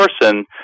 person